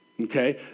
Okay